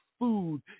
food